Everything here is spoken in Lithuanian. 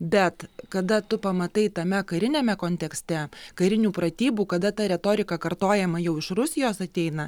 bet kada tu pamatai tame kariniame kontekste karinių pratybų kada ta retorika kartojama jau iš rusijos ateina